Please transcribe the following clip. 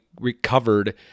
recovered